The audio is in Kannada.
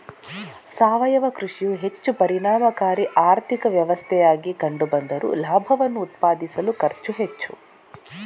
ಸಾವಯವ ಕೃಷಿಯು ಹೆಚ್ಚು ಪರಿಣಾಮಕಾರಿ ಆರ್ಥಿಕ ವ್ಯವಸ್ಥೆಯಾಗಿ ಕಂಡು ಬಂದರೂ ಲಾಭವನ್ನು ಉತ್ಪಾದಿಸಲು ಖರ್ಚು ಹೆಚ್ಚು